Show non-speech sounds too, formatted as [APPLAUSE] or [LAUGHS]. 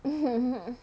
mm [LAUGHS]